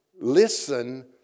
listen